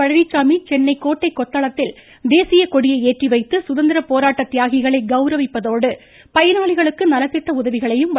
பழனிச்சாமி சென்னை கோட்டை கொத்தளத்தில் தேசியக் கொடியை ஏற்றிவைத்து சுதந்திர போராட்ட தியாகிகளை கௌரவிப்பதோடு பயனாளிகளுக்கு நலத்திட்ட உதவிகளையும் வழங்குகிறார்